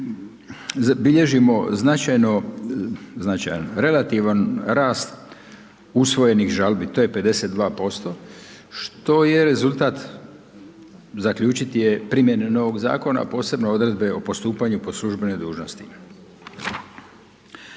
značajno, značajan, relativan rast usvojenih žalbi, to je 52%, što je rezultat zaključit je primjene novog zakona, a posebno odredbe o postupanju po službenoj dužnosti.